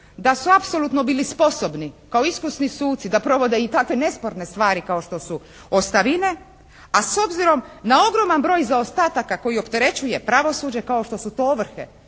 da su apsolutno bili sposobni kao iskusni suci da provode i tako nesporne stvari kao što su ostavine, a s obzirom na ogroman broj zaostataka koji opterećuje pravosuđe kao što su to ovrhe.